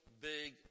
big